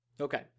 Okay